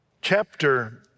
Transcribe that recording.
Chapter